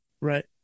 Right